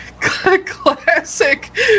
Classic